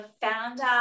founder